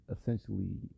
essentially